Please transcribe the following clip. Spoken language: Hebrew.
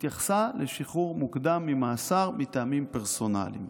שהתייחסה לשחרור מוקדם ממאסר מטעמים פרסונליים.